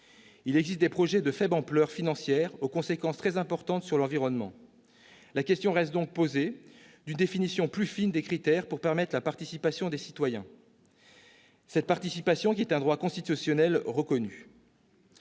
Il existe des projets de faible ampleur financière aux conséquences très importantes sur l'environnement. La question reste donc posée d'une définition plus fine des critères pour permettre la participation des citoyens, laquelle est un droit constitutionnellement reconnu.